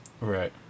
right